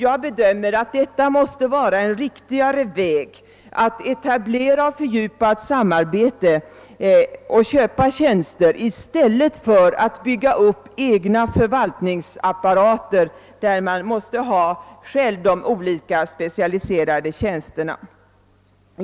Jag bedömer att det måste vara en riktigare väg att etablera ett sådant fördjupat samarbete och köpa tjänster än att bygga upp egna förvaltningsapparater som själva måste kunna gå till handa med de specialiserade tjänsterna.